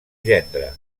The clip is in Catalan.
gendre